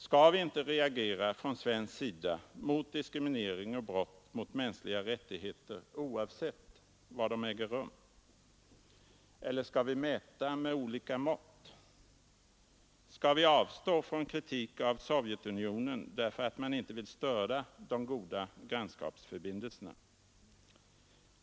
Skall vi inte reagera från svensk sida mot diskriminering och brott mot mänskliga rättigheter oavsett var de äger rum? Eller skall vi mäta med olika mått? Skall vi avstå från kritik av Sovjetunionen därför att man inte vill störa de goda grannskapsförbindelserna?